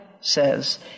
says